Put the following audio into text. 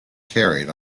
carried